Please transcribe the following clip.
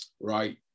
right